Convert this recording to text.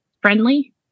friendly